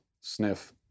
sniff